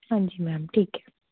ਹੈਂਜੀ ਮੈਮ ਠੀਕ ਹੈ